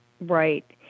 Right